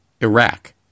Iraq